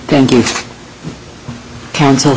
thank you cancel